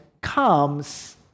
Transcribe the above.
comes